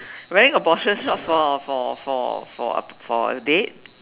wearing a boxer short for for for for a for a date